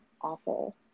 awful